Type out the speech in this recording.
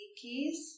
keys